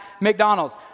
McDonald's